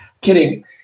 Kidding